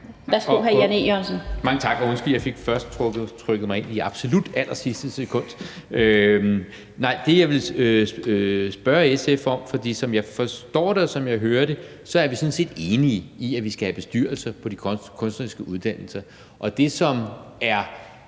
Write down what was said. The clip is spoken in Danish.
Kl. 13:14 Jan E. Jørgensen (V): Mange tak, og undskyld, at jeg først fik trykket mig ind i absolut allersidste sekund. Som jeg forstår det, og som jeg hører det, er vi sådan set enige om, at vi skal have bestyrelser på de kunstneriske uddannelser, og det, som er